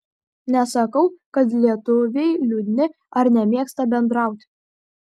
nesakau kad lietuviai liūdni ar nemėgsta bendrauti